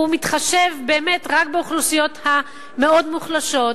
הוא מתחשב באמת רק באוכלוסיות המאוד-מוחלשות,